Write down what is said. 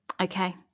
Okay